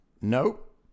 Nope